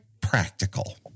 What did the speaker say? practical